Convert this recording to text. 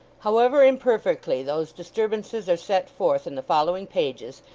however imperfectly those disturbances are set forth in the following pages,